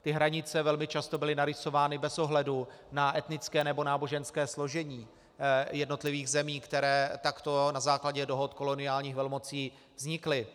Ty hranice byly velmi často narýsovány bez ohledu na etnické nebo náboženské složení jednotlivých zemí, které takto na základě dohod koloniálních velmocí vznikly.